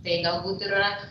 tai galbūt yra